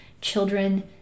children